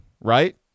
right